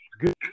Good